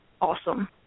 awesome